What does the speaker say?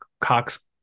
Cox